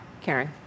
Karen